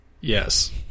Yes